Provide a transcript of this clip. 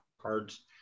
cards